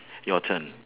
your turn